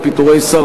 או פיטורי שר,